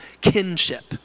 kinship